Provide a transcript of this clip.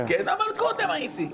אבל קודם הייתי.